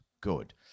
Good